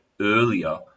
earlier